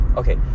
okay